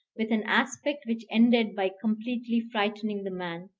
with an aspect which ended by completely frightening the man.